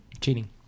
cheating